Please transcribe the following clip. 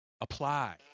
apply